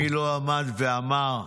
מי לא עמד ואמר: